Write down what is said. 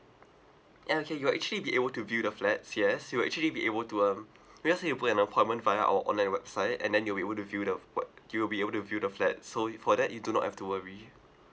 yeah okay you are actually be able to view the flats yes you are actually be able to um you just need to put an appointment via our online website and then you will be able to view the what you'll be able to view the flat so you for that you do not have to worry